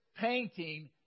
painting